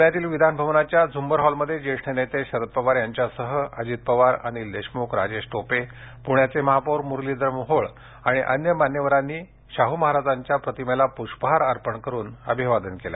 प्रण्यातील विधान भवनाच्या झूंबर हॉलमध्ये ज्येष्ठ नेते शरद पवार यांच्यासह अजित पवार अनिल देशमुख राजेश टोपे पुण्याचे महापौर मुरलीधर मोहोळ आणि अन्य मान्यवरांनी शाहू महाराजांच्या प्रतिमेला पूष्पहार अर्पण करून अभिवादन केलं